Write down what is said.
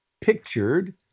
pictured